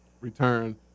return